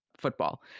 football